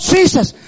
Jesus